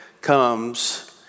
comes